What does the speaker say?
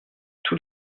tous